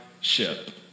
ship